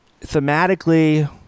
thematically